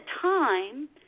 time